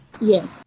Yes